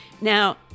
Now